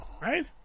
Right